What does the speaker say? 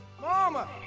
Mama